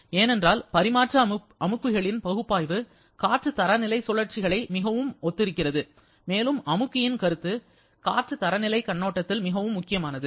ஏனென்றால் பரிமாற்ற அமுக்கிகளின் பகுப்பாய்வு காற்று தரநிலை சுழற்சிகளை மிகவும் ஒத்திருக்கிறது மேலும் அமுக்கியின் கருத்து காற்று தரநிலைக் கண்ணோட்டத்தில் மிகவும் முக்கியமானது